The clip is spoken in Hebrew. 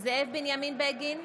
זאב בנימין בגין,